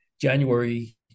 January